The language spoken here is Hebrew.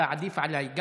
אתה עדיף עליי,